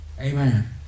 Amen